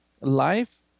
life